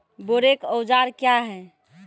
बोरेक औजार क्या हैं?